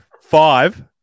Five